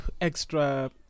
extra